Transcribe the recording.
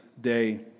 day